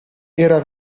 era